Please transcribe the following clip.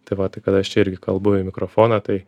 tai va tai kad aš irgi kalbu į mikrofoną tai